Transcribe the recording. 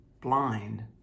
blind